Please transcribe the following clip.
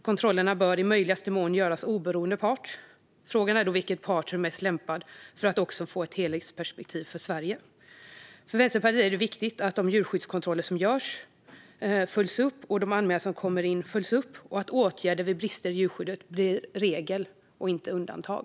Kontrollerna bör i möjligaste mån göras av oberoende part. Frågan är då vilken part som är mest lämpad för att också få ett helhetsperspektiv för Sverige. För Vänsterpartiet är det viktigt att både de djurskyddskontroller som görs och de anmälningar som kommer in följs upp och att åtgärder vid brister i djurskyddet blir regel och inte undantag.